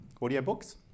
audiobooks